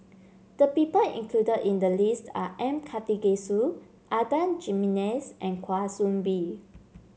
the people included in the list are M Karthigesu Adan Jimenez and Kwa Soon Bee